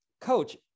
coach